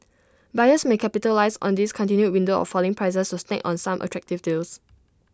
buyers may capitalise on this continued window of falling prices to snag on some attractive deals